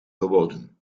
geworden